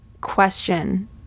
question